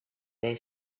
they